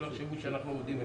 שלא יחשבו שאנחנו עובדים אתך.